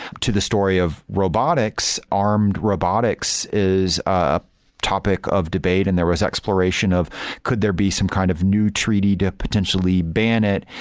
to the story of robotics armed robotics is a topic of debate, and there was exploration of could there be some kind of new treaty to potentially ban it,